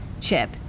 chip